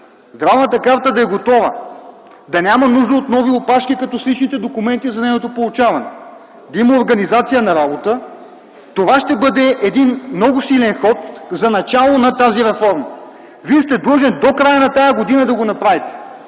Здравната карта да е готова, да няма нужда от нови опашки като с личните документи за нейното получаване, да има организация на работа. Това ще бъде един много силен ход за начало на тази реформа. Вие сте длъжен до края на тази година да го направите.